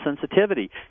sensitivity